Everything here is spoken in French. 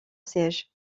siège